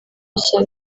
nshya